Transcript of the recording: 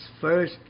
first